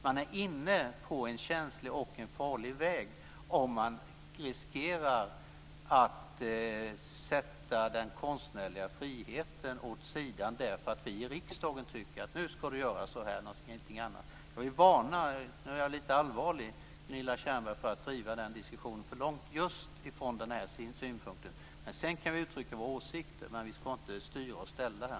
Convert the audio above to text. Man är inne på en känslig och farlig väg om man riskerar att ställa den konstnärliga friheten åt sidan därför att vi i riksdagen tycker att de ska göra på ett visst sätt och ingenting annat. Jag vill varna Gunilla Tjernberg - och nu är jag lite allvarlig - för att driva den diskussionen för långt, just från den här synpunkten. Vi kan uttrycka våra åsikter, men vi ska inte styra och ställa här.